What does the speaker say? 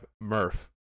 Murph